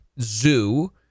zoo